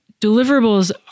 Deliverables